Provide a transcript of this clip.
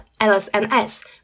LSNS